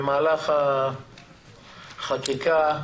במהלך החקיקה,